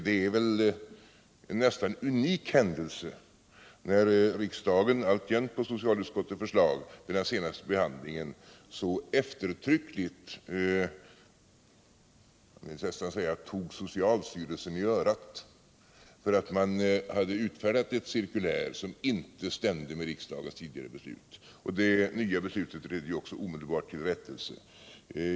Det är väl en nästan unik händelse när riksdagen — alltjämt på socialutskottets förslag — vid den senaste behandlingen så eftertryckligt, jag vill nästan säga tog socialstyrelsen i örat för att den hade utfärdat ett cirkulär som inte stämde med riksdagens tidigare beslut. Det nya beslutet ledde också till rättelse.